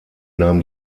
nahm